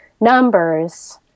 numbers